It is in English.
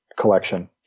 collection